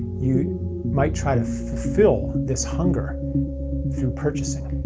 you might try to fulfill this hunger through purchasing,